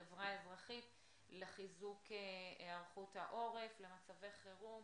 חברה אזרחית לחיזוק היערכות העורף למצבי חירום.